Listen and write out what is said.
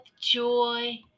joy